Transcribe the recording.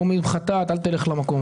האלה.